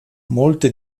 molte